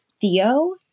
Theo